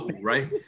right